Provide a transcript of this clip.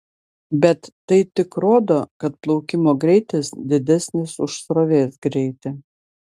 bet tai tik rodo kad plaukimo greitis didesnis už srovės greitį